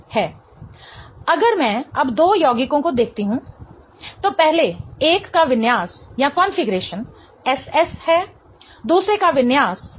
है अगर मैं अब दो यौगिकों को देखती हूं तो पहले एक का विन्यास SS है दूसरे का विन्यास RR है